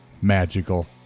magical